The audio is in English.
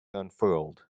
unfurled